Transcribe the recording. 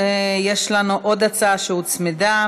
יש לנו עוד הצעה שהוצמדה,